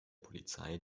polizei